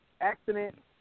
accident